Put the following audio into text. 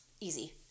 Easy